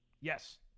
Yes